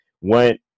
went